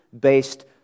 based